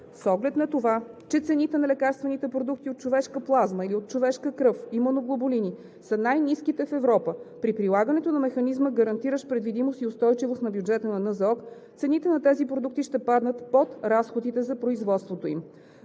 С оглед на това, че цените на лекарствените продукти от човешка плазма или от човешка кръв – имуноглобулини, са най-ниските в Европа, при прилагането на механизма, гарантиращ предвидимост и устойчивост на бюджета на НЗОК, цените на тези продукти ще паднат под разходите за производството им.